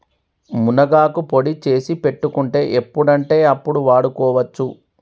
మునగాకు పొడి చేసి పెట్టుకుంటే ఎప్పుడంటే అప్పడు వాడుకోవచ్చు